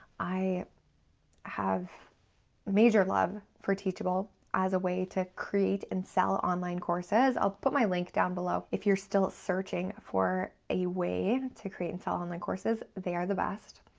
i have major love for teachable as a way to create and sell online courses. i'll put my link down below. if you're still searching for a way to create and sell online courses, they are the best.